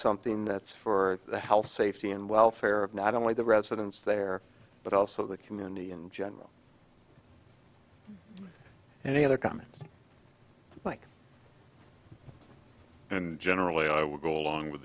something that's for the health safety and welfare of not only the residents there but also the community in general and other comments like and generally i would go along with